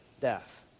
death